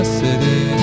city